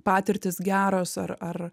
patirtys geros ar ar